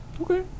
Okay